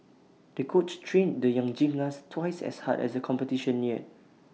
the coach trained the young gymnast twice as hard as the competition neared